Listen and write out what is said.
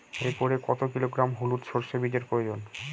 একরে কত কিলোগ্রাম হলুদ সরষে বীজের প্রয়োজন?